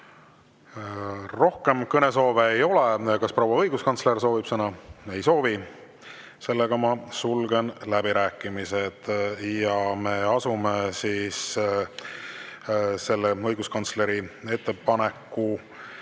Rohkem kõnesoove ei ole. Kas proua õiguskantsler soovib sõna? Ei soovi. Siis ma sulgen läbirääkimised ja me asume õiguskantsleri ettepaneku